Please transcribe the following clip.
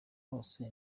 hose